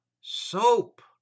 Soap